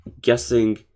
guessing